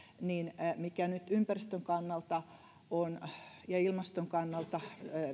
mikä nyt ympäristön ja ilmaston kannalta on